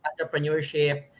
entrepreneurship